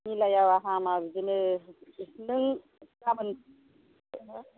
मिलायाबा हामा बिदिनो नों गाबोन